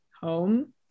home